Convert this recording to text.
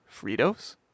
Fritos